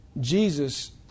Jesus